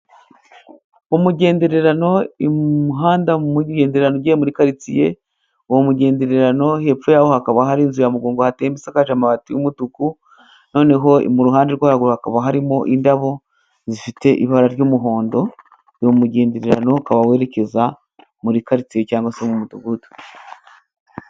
Umugenderano, umuhanda w'umugenderano ugiye muri karitsiye, uwo mugenderano hepfo y'aho hakaba hari inzu ya mugongo wa tembo isakaje amabati y'umutuku, noneho mu ruhande rwo haruguru hakaba harimo indabo zifite ibara ry'umuhondo. Uyu mugenderano ukaba werekeza muri karitsiye cyangwa se mu mudugudu.